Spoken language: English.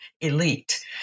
elite